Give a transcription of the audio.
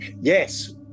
Yes